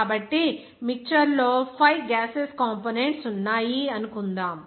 కాబట్టి మిక్చర్ లో 5 gases components ఉన్నాయని అనుకుందాం